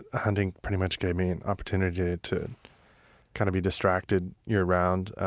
ah hunting pretty much gave me an opportunity to kind of be distracted year-round.